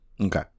Okay